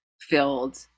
filled